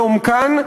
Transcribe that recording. לעומקן.